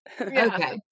Okay